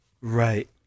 Right